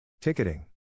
Ticketing